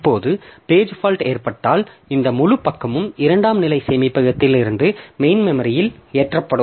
இப்போது page fault ஏற்பட்டால் இந்த முழு பக்கமும் இரண்டாம் நிலை சேமிப்பிலிருந்து மெயின் மெமரியில் ஏற்றப்படும்